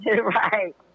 right